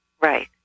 Right